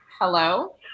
Hello